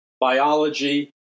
biology